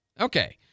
Okay